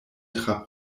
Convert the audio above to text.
tra